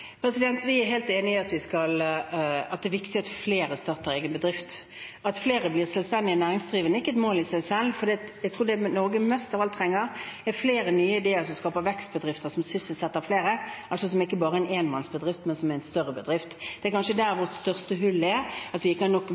Vi er helt enig i at det er viktig at flere starter egen bedrift. At flere blir selvstendig næringsdrivende, er ikke et mål i seg selv, for jeg tror at det Norge mest av alt trenger, er flere nye vekstbedrifter som sysselsetter flere, altså som ikke bare er en enmannsbedrift, men en større bedrift. Det er kanskje der vårt største hull er, at vi ikke har nok